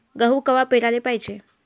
गहू कवा पेराले पायजे?